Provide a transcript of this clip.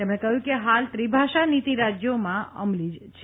તેમણે કહ્યું કે હાલ ત્રિભાષા નીતી રાજયોમાં અમલી જ છે